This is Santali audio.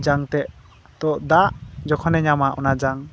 ᱡᱟᱝ ᱛᱮ ᱛᱳ ᱫᱟᱜ ᱡᱚᱠᱷᱚᱱᱮ ᱧᱟᱢᱟ ᱚᱱᱟ ᱡᱟᱝ